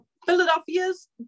Philadelphia's